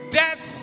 death